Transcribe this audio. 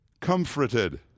comforted